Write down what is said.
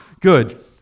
good